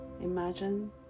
imagine